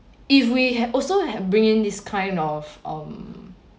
if we have also have bring in this kind of um